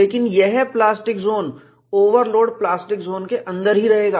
लेकिन यह plastic zone overload plastic zone के अंदर ही रहेगा